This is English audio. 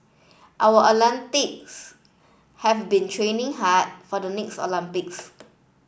our have been training hard for the next Olympics